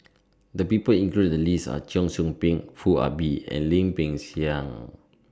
The People included in The list Are Cheong Soo Pieng Foo Ah Bee and Lim Peng Siang